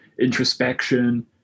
introspection